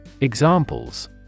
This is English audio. Examples